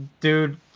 dude